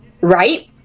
right